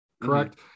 correct